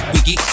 Wiki